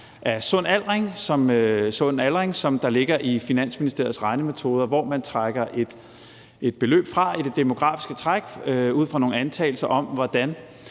af sund aldring, som ligger i Finansministeriets regnemetoder, hvor man trækker et beløb fra i det demografiske træk ud fra nogle antagelser om, at